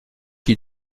qui